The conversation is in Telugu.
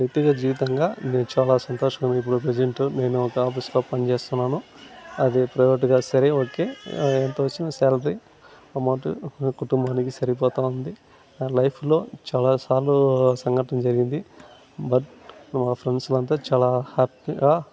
వ్యక్తిగత జీవితంగా నేను చాలా సంతోషంగా ఉన్నాను ఇప్పుడు ప్రజెంటు నేను ఒక ఆఫీస్లో పనిచేస్తున్నాను అది ప్రైవేటుగా సరే ఓకే అది ఎంత వచ్చినా శాలరీ ఎమౌంటు కుటూంబానికి సరిపోతూ ఉంది నా లైఫ్లో చాలాసార్లు సంఘటన జరిగింది బట్ నా ఫ్రెండ్స్ అంతా చాలా హ్యాప్పీగా